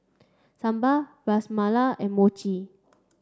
Sambar Ras Malai and Mochi